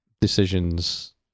decisions